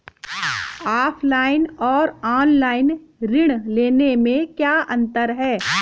Offline और online ऋण लेने में क्या अंतर है?